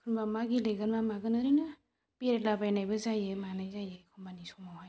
होनबा मा गेलेगोन मा मागोन ओरैनो बेरायलाबायनायबो जायो मानाय जायो एखनबानि समावहाय